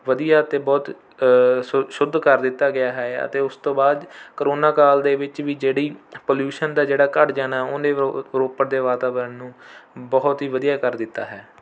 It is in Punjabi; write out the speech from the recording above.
ਵਧੀਆ ਅਤੇ ਬਹੁਤ ਸ਼ੁੱ ਸ਼ੁੱਧ ਕਰ ਦਿੱਤਾ ਗਿਆ ਹੈ ਅਤੇ ਉਸ ਤੋਂ ਬਾਅਦ ਕੋਰੋਨਾ ਕਾਲ ਦੇ ਵਿੱਚ ਵੀ ਜਿਹੜੀ ਪਲਿਊਸ਼ਨ ਦਾ ਜਿਹੜਾ ਘੱਟ ਜਾਣਾ ਹੈਏ ਉਹਨੇ ਰੋਪੜ ਦੇ ਵਾਤਾਵਰਣ ਨੂੰ ਬਹੁਤ ਹੀ ਵਧੀਆ ਕਰ ਦਿੱਤਾ ਹੈ